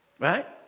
Right